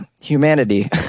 humanity